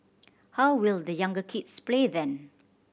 how will the younger kids play then